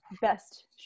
Best